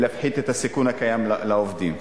להפחית את הסיכון הקיים לעובדים.